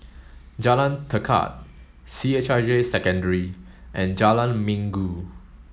Jalan Tekad C H I J Secondary and Jalan Minggu